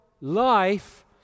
life